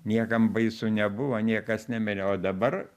niekam baisu nebuvo niekas nemirė o dabar